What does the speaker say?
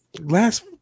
Last